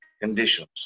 conditions